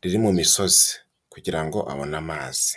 riri mu misozi kugira ngo abone amazi.